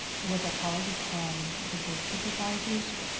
with our colleagues on the board of supervisors,